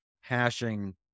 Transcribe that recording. hashing